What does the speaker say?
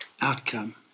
outcome